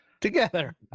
together